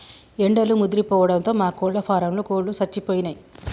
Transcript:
ఎండలు ముదిరిపోవడంతో మా కోళ్ళ ఫారంలో కోళ్ళు సచ్చిపోయినయ్